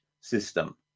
system